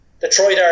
Detroit